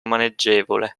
maneggevole